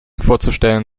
vorzustellen